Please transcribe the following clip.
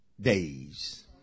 Days